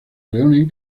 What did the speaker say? reúnen